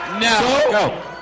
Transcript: No